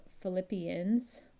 Philippians